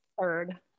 third